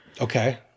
Okay